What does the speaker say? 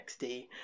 xd